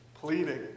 pleading